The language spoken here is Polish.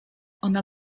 ona